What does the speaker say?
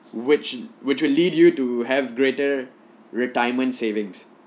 which which will lead you to have greater retirement savings